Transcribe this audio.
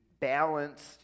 balanced